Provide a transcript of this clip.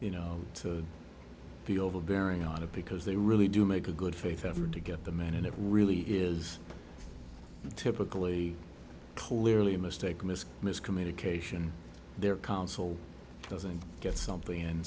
you know to be overbearing on it because they really do make a good faith effort to get the man and it really is typically clearly a mistake miss miscommunication their counsel doesn't get something